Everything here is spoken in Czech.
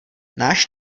náš